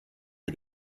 mit